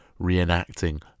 reenacting